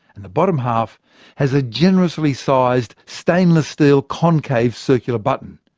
and the bottom half has a generously sized stainless steel concave circular button.